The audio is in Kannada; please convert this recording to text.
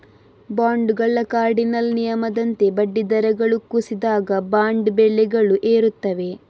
ಬಾಂಡುಗಳ ಕಾರ್ಡಿನಲ್ ನಿಯಮದಂತೆ ಬಡ್ಡಿ ದರಗಳು ಕುಸಿದಾಗ, ಬಾಂಡ್ ಬೆಲೆಗಳು ಏರುತ್ತವೆ